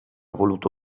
voluto